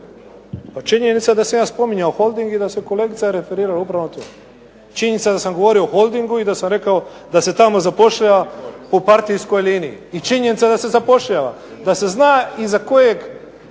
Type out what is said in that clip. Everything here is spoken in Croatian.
Pa činjenica je da sam spominjao Holding i da se kolegica referirala upravo na to. Činjenica je da sam govorio o Holdingu i da sam rekao da se tamo zapošljava po partijskoj liniji, i činjenica je da se zapošljava, da se zna iza kojeg